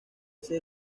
ser